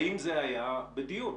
האם זה היה בדיון,